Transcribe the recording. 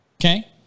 Okay